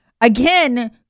Again